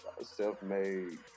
self-made